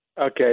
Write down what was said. Okay